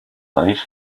nice